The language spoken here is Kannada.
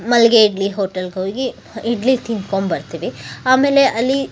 ಮಲ್ಲಿಗೆ ಇಡ್ಲಿ ಹೋಟೆಲ್ಗೆ ಹೋಗಿ ಹ ಇಡ್ಲಿ ತಿಂದ್ಕೊಂಬರ್ತೀವಿ ಆಮೇಲೆ ಅಲ್ಲಿ